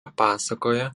pasakoja